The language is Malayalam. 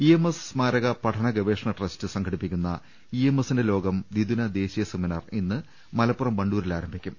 ഇഎംഎസ് സ്മാരക് പഠന ഗവേഷണ ട്രസ്റ്റ് സംഘടിപ്പിക്കുന്ന ഇഎംഎസിന്റെ ലോകം ദ്വിദിന ദേശീയ സെമിനാർ ഇന്ന് മലപ്പുറം വണ്ടൂരിൽ ആർട്ടിക്കും